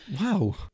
wow